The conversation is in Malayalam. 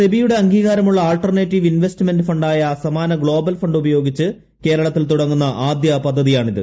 സെബിയുടെ അംഗീകാരമുള്ള ആൾട്ടർനേറ്റീവ് ഇൻവെസ്റ്റ്മെൻറ് ഫണ്ടായ സമാന ഗ്ലോബൽ ഫണ്ട് ഉപയോഗിച്ച് കേരളത്തിൽ തുടങ്ങുന്ന ആദ്യ പദ്ധതിയാണിത്